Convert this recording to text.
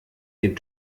den